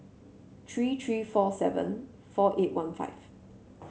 three three four seven four eight one five